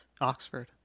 Oxford